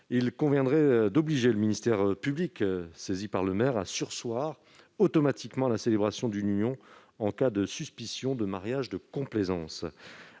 il convient d'obliger le ministère public, saisi par le maire, à surseoir automatiquement à la célébration d'une union en cas de suspicion de mariage de complaisance.